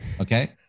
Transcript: Okay